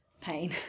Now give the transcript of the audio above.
pain